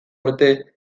arte